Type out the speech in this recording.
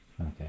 Okay